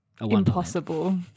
impossible